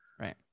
Right